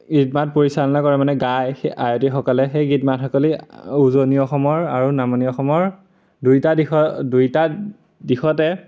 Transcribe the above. গীত মাত পৰিচালনা কৰে মানে গাই সেই আয়তীসকলে সেই গীত মাতসকলে উজনি অসমৰ আৰু নামনি অসমৰ দুইটা দিশ দুইটা দিশতে